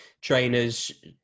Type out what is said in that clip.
trainers